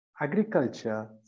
agriculture